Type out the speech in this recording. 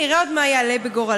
נראה עוד מה יעלה בגורלה.